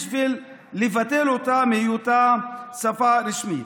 בשביל לבטל אותה מהיותה שפה רשמית.